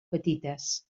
petites